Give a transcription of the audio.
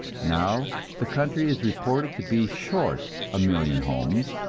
now the country is reported to be short a million homes,